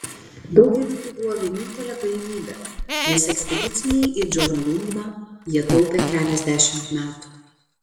daugeliui tai buvo vienintelė galimybė nes ekspedicijai į džomolungmą jie taupė keliasdešimt metų